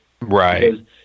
right